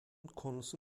konusu